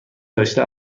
داشته